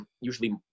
usually